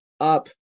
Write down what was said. up